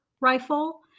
rifle